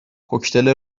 کوکتل